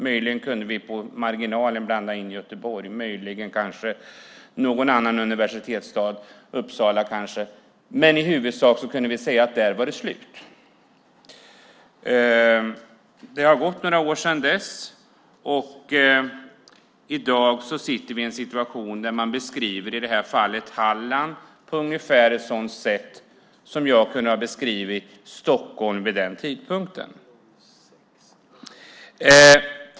Möjligen kunde vi på marginalen blanda in Göteborg och någon annan universitetsstad, kanske Uppsala. Men i huvudsak kunde vi säga att där var det slut. Det har nu gått några år sedan dess, och i dag är situationen som beskrivs i fallet Halland ungefär som jag hade kunnat beskriva Stockholm vid den tidpunkten.